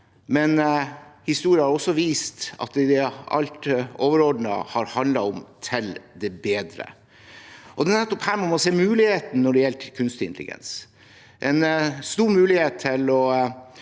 men historien har også vist at det overordnet har blitt til det bedre. Det er nettopp her man må se mulighetene når det gjelder kunstig intelligens, en stor mulighet til å